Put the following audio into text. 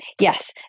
Yes